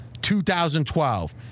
2012